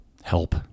Help